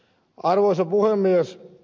arvoisa puhemies